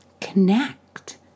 connect